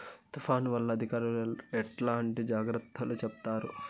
తుఫాను వల్ల అధికారులు ఎట్లాంటి జాగ్రత్తలు చెప్తారు?